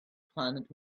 planet